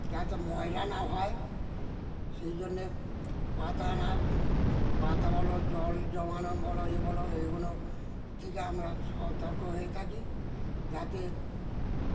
যাতে ময়লা না হয় সেই জন্যে পাতা না পাতা বলো জল জমানো বলো এ বলো এইগুলো থেকে আমরা সতর্ক হয়ে থাকি যাতে